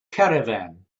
caravan